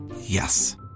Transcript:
Yes